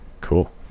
Cool